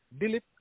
Dilip